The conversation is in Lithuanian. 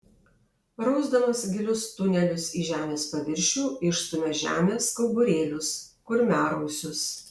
rausdamas gilius tunelius į žemės paviršių išstumia žemės kauburėlius kurmiarausius